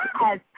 Yes